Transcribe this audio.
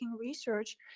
research